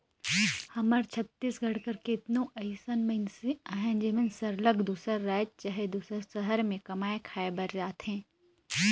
हमर छत्तीसगढ़ कर केतनो अइसन मइनसे अहें जेमन सरलग दूसर राएज चहे दूसर सहर में कमाए खाए बर जाथें